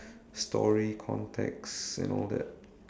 story context and all that